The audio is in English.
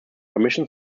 permission